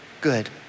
good